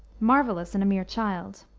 marvelous in a mere child,